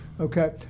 Okay